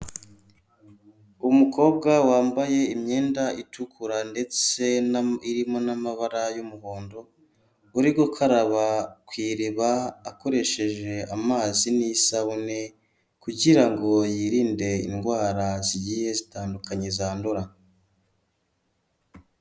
Umukobwa wambaye imyenda itukura ndetse irimo n'amabara y'umuhondo, uri gukaraba ku iriba akoresheje amazi n'isabune kugira ngo yirinde indwara zigiye zitandukanye zandura.